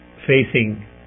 facing